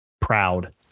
proud